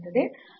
ಆದ್ದರಿಂದ f xx